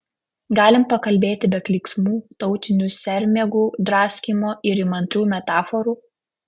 galim pakalbėti be klyksmų tautinių sermėgų draskymo ir įmantrių metaforų